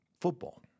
football